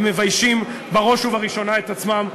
הם מביישים בראש ובראשונה את עצמם.